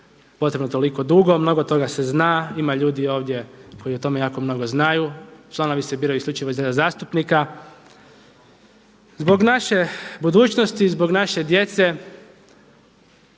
potrebno toliko dugo, mnogo toga se zna, ima ljudi ovdje koji o tome jako mnogo znaju. Članovi se biraju isključivo iz reda zastupnika. Zbog naše budućnosti, zbog naše djece,